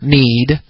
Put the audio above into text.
need